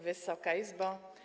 Wysoka Izbo!